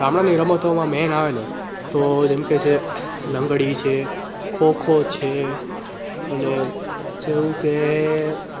ગામડાની રમતોમાં મેન આવે ને તો જેમ કે સે લંગડી છે ખોખો છે અને જેવું કે